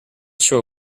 sure